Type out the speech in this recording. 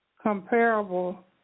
comparable